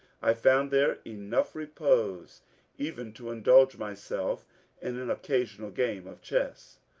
i found there enough re pose even to indulge myself in an occasional game of chess,